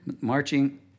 Marching